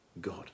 God